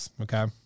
Okay